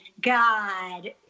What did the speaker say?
God